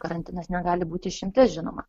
karantinas negali būti išimtis žinoma